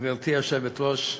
גברתי היושבת-ראש,